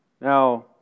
now